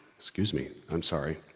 excuse me, i'm sorry.